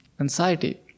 anxiety